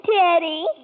Daddy